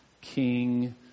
king